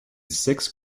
six